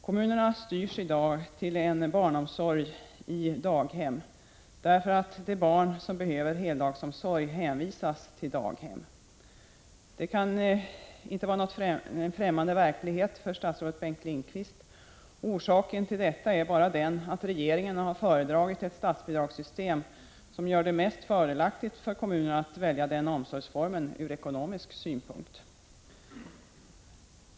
Kommunerna styrs i dag till en barnomsorg i daghem, därför att de barn som behöver heldagsomsorg hänvisas till daghem. Detta kan inte vara någon främmande verklighet för statsrådet Bengt Lindqvist. Och orsaken till detta är bara den att regeringen har föredragit ett statsbidragssystem som gör det mest fördelaktigt ur ekonomisk synpunkt för kommunerna att välja den omsorgsformen.